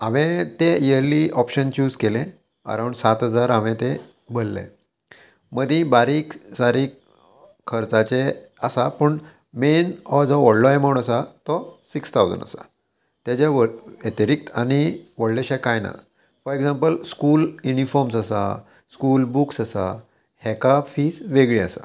हांवें तें yearly option choose केलें अरावंड सात हजार हांवें तें भरलें मदीं बारीक सारीक खर्चाचें आसा पूण मेन हो जो व्हडलो एमावंट आसा तो सिक्स थावजंड आसा तेजे व्यतिरिक्त आनी व्हडलेशें कांय ना फॉर एग्जाम्पल स्कूल युनिफॉर्म्स आसा स्कूल बुक्स आसा हाका फीज वेगळी आसा